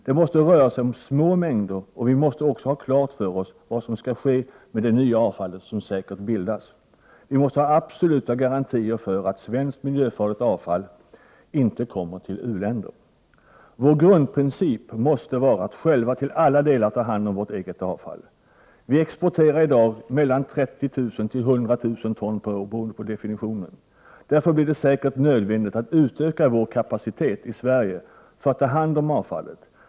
Det måste röra sig om små mängder. Vi måste också ha klart för oss vad som skall ske med det nya avfallet som säkert bildas. Vi måste ha absoluta garantier för att svenskt miljöfarligt avfall inte kommer till u-länder. Vår grundprincip måste vara att själva till alla delar ta hand om vårt eget avfall. Vi exporterar i dag mellan 30 000 och 100 000 ton per år, beroende på definitionen av begreppet avfall. Därför blir det säkert nödvändigt att utöka vår kapacitet i Sverige för att ta hand om avfallet.